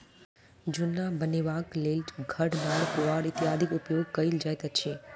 जुन्ना बनयबाक लेल खढ़, नार, पुआर इत्यादिक उपयोग कयल जाइत अछि